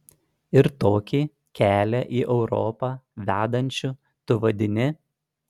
ir tokį kelią į europą vedančiu tu vadini